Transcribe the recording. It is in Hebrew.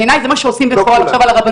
לא כולם.